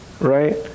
Right